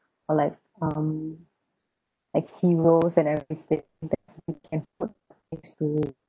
or like um heroes and everything